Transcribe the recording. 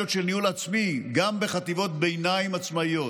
של ניהול עצמי גם בחטיבות ביניים עצמאיות.